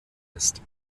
ist